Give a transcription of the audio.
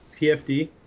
PFD